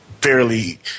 Fairly